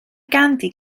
ganddi